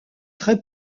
très